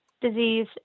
disease